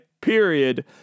period